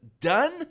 done